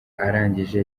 arangije